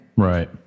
Right